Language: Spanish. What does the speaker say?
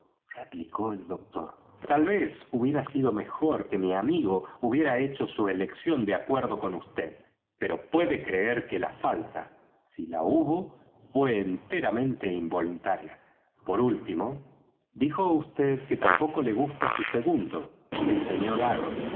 replicó el doctor tal vez hubiera sido mejor que mi amigo hubiera hecho su elección de acuerdo con vd pero puede creer que la falta si la hubo fué enteramente involuntaria por último dijo vd que tampoco le gusta su segundo el sr